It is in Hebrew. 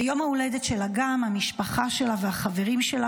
ביום ההולדת של אגם המשפחה שלה והחברים שלה